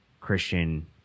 Christian